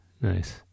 Nice